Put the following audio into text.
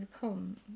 come